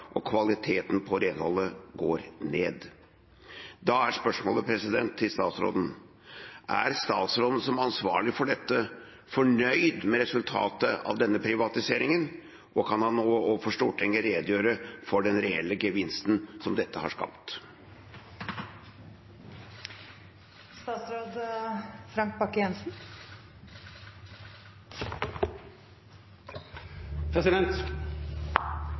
og kvaliteten på renholdet går ned. Da er spørsmålet: Er statsråden som ansvarlig for dette fornøyd med resultatet av denne privatiseringen, og kan han overfor Stortinget redegjøre for den reelle gevinsten som dette har skapt?